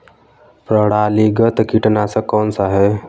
प्रणालीगत कीटनाशक कौन सा है?